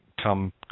come